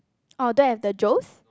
oh that the Joes